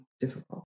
difficult